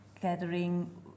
gathering